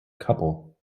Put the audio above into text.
couple